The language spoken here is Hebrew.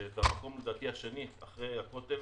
לדעתי, זה המקום השני אחרי הכותל